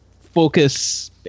Focus